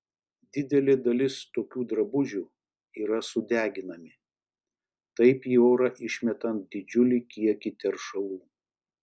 didelė dalis tokių drabužių yra sudeginami taip į orą išmetant didžiulį kiekį teršalų